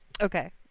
Okay